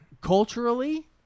Culturally